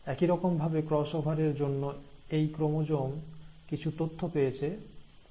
একই রকম ভাবে ক্রস ওভার এর জন্য এই ক্রোমোজোম কিছু তথ্য পেয়েছে